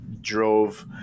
drove